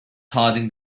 causing